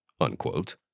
Unquote